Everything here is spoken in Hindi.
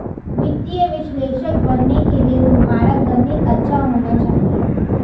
वित्तीय विश्लेषक बनने के लिए तुम्हारा गणित अच्छा होना चाहिए